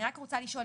אני רק רוצה לשאול,